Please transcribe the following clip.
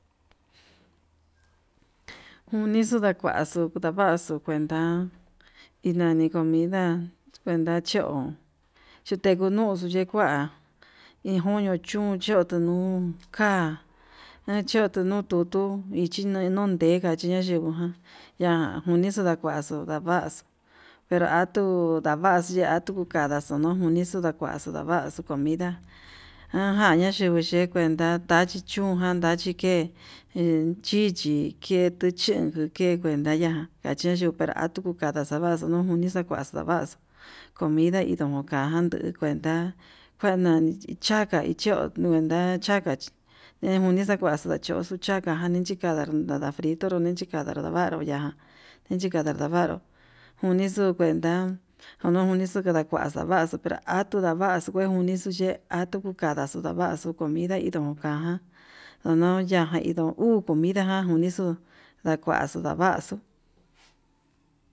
Unixu ndakuaxu ndavaxu kuenta, inani comida kuenta chiun tute ngunuxu nikua iin koño chún chio tenuu, ká nichotu nuu tutu chiga nuntega kachiña ndejugan ya'a njunixo ndakuaxo ndavaxu pero atuu ndavaxu iha tuka kadaxuu nuu junixu, kuaxu ndavaxu comida ja janña yingui ye kuenta ndatachi hún jan ndachi ke'e iin chichi ke tu chunku ke'e, kuenta ya'a kacheyu pero atuu kada xava xu uni xavaxu xavaxu comida induka nduku kuenta kanai chakai ndio kuenta jachi ndikuni xakuaxu ndachixo chanii, chikada nara frito doni chikada nró davaru ya'a yichikada ndavaru junixu kuenta jununixo kadava ndavaru pero atu davaxu nuni xuu ye'e nduku kandaxo ndavxu comida ndai ndon kajan ndodon ya'a jan nuu uu comida jan nuni xo'o ndakuaxu ndavaxu.